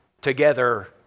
together